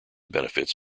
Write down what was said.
benefits